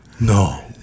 No